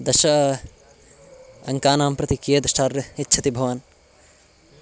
दश अङ्कानां प्रति कियद् श्टार् यच्छति भवान्